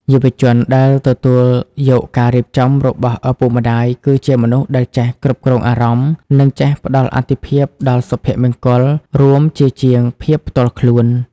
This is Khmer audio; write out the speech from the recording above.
យុវជនដែលទទួលយកការរៀបចំរបស់ឪពុកម្ដាយ គឺជាមនុស្សដែលចេះ "គ្រប់គ្រងអារម្មណ៍" និងចេះផ្ដល់អាទិភាពដល់សុភមង្គលរួមជាជាងភាពផ្ទាល់ខ្លួន។